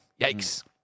Yikes